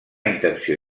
intenció